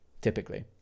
typically